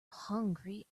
hungry